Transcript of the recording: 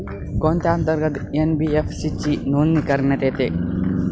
कोणत्या अंतर्गत एन.बी.एफ.सी ची नोंदणी करण्यात येते?